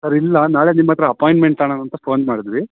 sir ಇಲ್ಲ ನಾಳೆ ನಿಮ್ಮ ಹತ್ತಿರ ಅಪಾಂಯ್ಟ್ಮೆಂಟ್ ತಗಳನ ಅಂತ ಫೋನ್ ಮಾಡಿದ್ವಿ